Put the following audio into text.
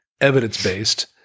evidence-based